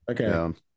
okay